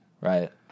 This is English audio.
right